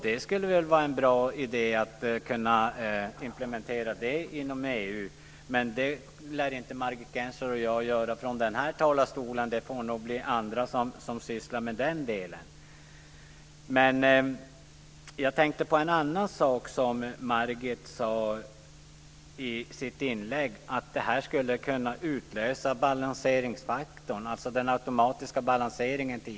Det skulle vara en bra idé att kunna genomföra det inom EU. Men det lär inte Margit Gennser och jag göra från denna talarstol. Det får nog bli andra som sysslar med den delen. Jag tänkte på en annan sak som Margit sade i sitt inlägg. Hon menade att detta skulle kunna utlösa balanseringsfaktorn, dvs. den automatiska balanseringen.